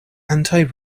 anti